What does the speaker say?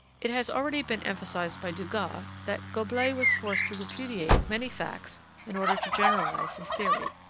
it has already been emphasized by dugas that goblet was forced to repudiate many facts in order to generalize his theory.